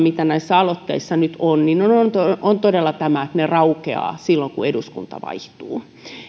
mikä näissä aloitteissa nyt on on todella tämä että ne raukeavat silloin kun eduskunta vaihtuu